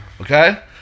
okay